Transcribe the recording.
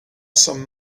some